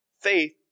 faith